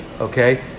okay